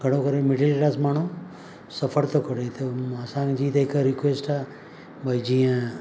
घणो करे middle class माण्हू सफ़रु थो करे थो त असांजी त हिकु रिक्वेस्ट आहे भाई जीअं